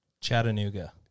Chattanooga